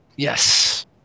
Yes